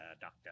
Doctor